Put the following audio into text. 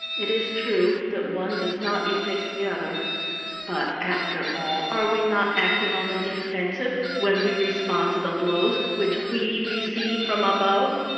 it is true that one does not efface the other but, after all, are we not acting on the defensive when we respond to the blows which we receive from above?